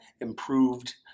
improved